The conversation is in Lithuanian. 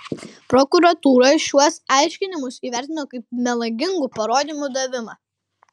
prokuratūra šiuos aiškinimus įvertino kaip melagingų parodymų davimą